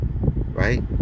right